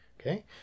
okay